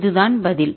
இதுதான் பதில்